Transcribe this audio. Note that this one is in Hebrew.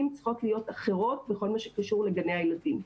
צריכות להיות אחרות בכל מה שקשור לגני הילדים,